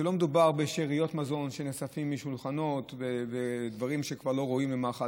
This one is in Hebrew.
שלא מדובר בשאריות מזון שנאספות משולחנות ודברים שכבר לא ראויים למאכל,